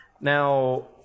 Now